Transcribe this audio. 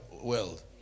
world